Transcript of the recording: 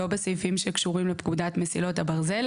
לא בסעיפים שקשורים לפקודת מסילות הברזל,